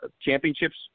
championships